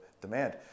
demand